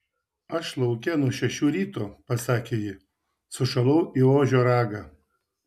aš lauke nuo šešių ryto pasakė ji sušalau į ožio ragą